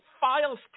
files